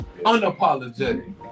Unapologetic